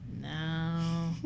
No